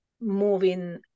moving